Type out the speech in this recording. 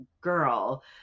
girl